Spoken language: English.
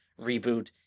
reboot